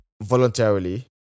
voluntarily